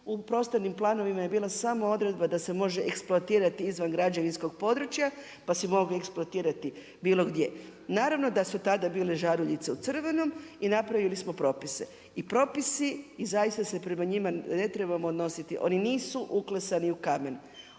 U prostornim planovima je bila samo odredba da se može eksploatirati izvan građevinskog područja, pa si mogao eksploatirati bilo gdje. Naravno da su tada bile žaruljice u crvenom i napravili smo propise. I propisi i zaista se prema njima ne trebamo odnositi. Oni nisu uklesani u kamen.